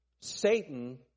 Satan